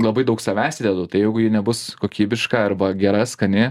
labai daug savęs įdedu tai jeigu ji nebus kokybiška arba gera skani